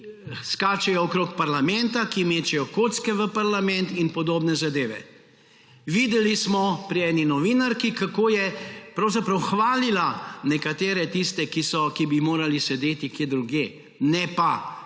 ki skačejo okoli parlamenta, ki mečejo kocke v parlament in podobne zadeve. Videli smo pri eni novinarki, kako je pravzaprav hvalila tiste, ki bi morali sedeli kje drugje, ne pa